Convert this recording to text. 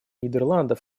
нидерландов